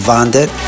Vandit